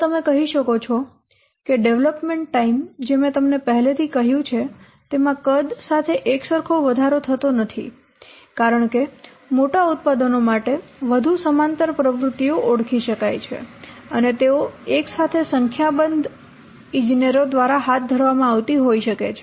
અને તમે કહી શકો કે ડેવલપમેન્ટ ટાઈમ જે મેં તમને પહેલેથી કહ્યું છે તેમાં કદ સાથે એકસરખો વધારો થતો નથી કારણ કે મોટા ઉત્પાદનો માટે વધુ સમાંતર પ્રવૃત્તિઓ ઓળખી શકાય છે અને તેઓ એક સાથે સંખ્યાબંધ ઇજનેરો દ્વારા હાથ ધરવામાં આવતી હોઈ શકે છે